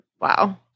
Wow